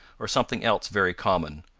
or something else very common,